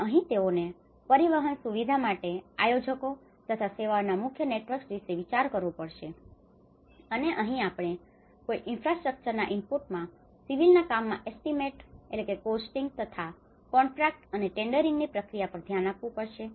અને અહીં તેઓને પરિવહન સુવિધા માટે આયોજકો તથા સેવાઓનાં મુખ્ય નેટવર્ક્સ વિશે વિચાર કરવો પડશે અને અહિં આપણે કોઈ ઇન્ફ્રાસ્ટ્રક્ચરલ ઇનપુટમાં સિવિલના કામમાં એસ્ટીમેશન estimationઅનુમાન કોસ્ટીંગ costing ભાવ તથા કોન્ટ્રાકટ contract કરાર અને ટેન્ડરીંગની પ્રક્રિયા પર ધ્યાન આપવું પડશે